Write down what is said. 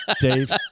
Dave